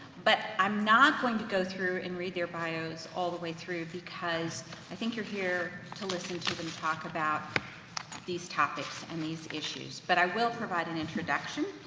but i'm not going to go through and read their bios all the way through because i think you're here to listen to them talk about these topics and these issues, but i will provide an introduction.